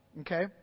Okay